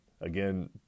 again